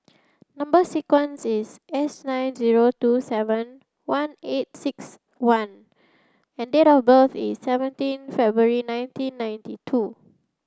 number sequence is S nine zero two seven one eight six one and date of birth is seventeen February nineteen ninety two